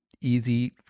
easy